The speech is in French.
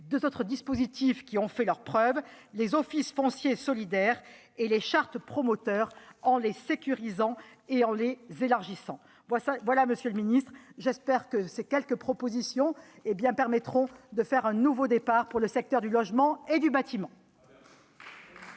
deux autres dispositifs qui ont fait leurs preuves, à savoir les organismes de foncier solidaire et les « chartes promoteurs », en les sécurisant et en les élargissant. Monsieur le ministre, j'espère que ces quelques propositions permettront de faire prendre un nouveau départ au secteur du logement et du bâtiment.